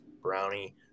brownie